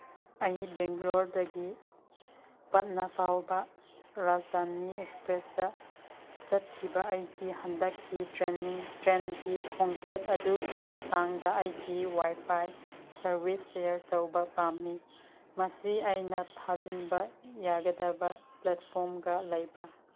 ꯑꯩ ꯕꯦꯡꯒ꯭ꯂꯣꯔꯗꯒꯤ ꯄꯠꯅꯥ ꯐꯥꯎꯕ ꯔꯥꯖꯊꯥꯅꯤ ꯑꯦꯛꯁꯄ꯭ꯔꯦꯁꯇ ꯆꯠꯈꯤꯕ ꯑꯩꯒꯤ ꯍꯟꯗꯛꯀꯤ ꯇ꯭ꯔꯦꯟꯒꯤ ꯈꯣꯡꯆꯠ ꯑꯗꯨꯒꯤ ꯃꯇꯥꯡꯗ ꯑꯩꯒꯤ ꯋꯥꯏꯐꯥꯏ ꯁꯔꯚꯤꯁ ꯁꯤꯌꯔ ꯇꯧꯕ ꯄꯥꯝꯃꯤ ꯃꯁꯤ ꯑꯩꯅ ꯊꯥꯖꯤꯟꯕ ꯌꯥꯒꯗꯕ ꯄ꯭ꯂꯦꯠꯐꯣꯝꯒ ꯂꯩꯕ꯭ꯔꯥ